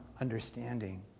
understanding